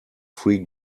free